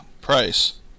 Price